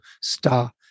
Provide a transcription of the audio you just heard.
Star